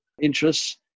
interests